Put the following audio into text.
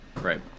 Right